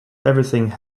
everything